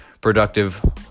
productive